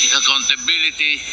accountability